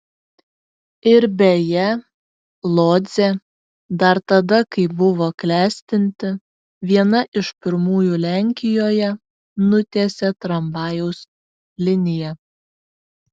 ir beje lodzė dar tada kai buvo klestinti viena iš pirmųjų lenkijoje nutiesė tramvajaus liniją